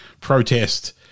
protest